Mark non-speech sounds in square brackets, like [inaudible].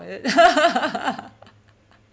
is it [laughs]